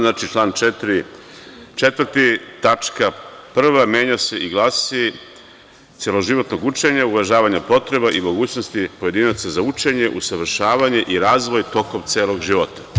Znači, član 4. tačka 1. menja se i glasi: „Celoživotnog učenja, uvažavanja potreba i mogućnosti pojedinaca za učenje, usavršavanje i razvoj tokom celog života“